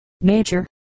nature